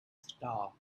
star